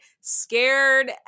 scared